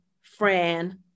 Fran